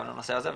גם בנושא הזה,